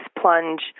plunge